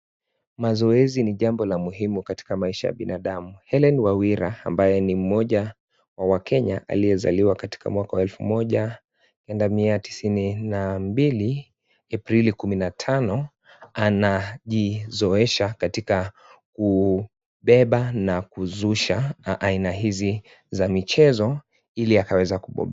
Mazoezi ni jambo la muhumi katika maisha ya binadamu. Hellen Wawira ambaye ni mmoja wa wakenya aliyezaliwa katika mwaka wa elfu moja kenda mia tisini na mbili, Aprili kumi na tano anajizoesha katika kubeba na kuzusha aina hizi za michezo ili akaweza kubo.